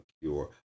cure